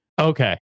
Okay